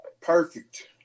Perfect